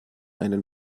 einen